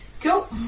Cool